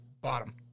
bottom